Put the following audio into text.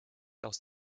aus